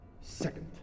Second